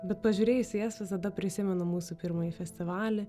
bet pažiūrėjus į jas visada prisimenu mūsų pirmąjį festivalį